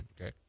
Okay